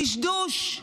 דשדוש,